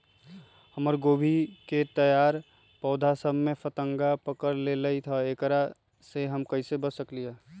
हमर गोभी के तैयार पौधा सब में फतंगा पकड़ लेई थई एकरा से हम कईसे बच सकली है?